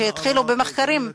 שהתחילו במחקרים.